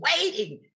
waiting